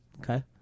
Okay